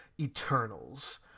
Eternals